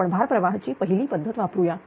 आपण भार प्रवाहची पहिली पद्धत वापरूया